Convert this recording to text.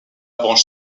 branche